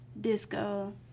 Disco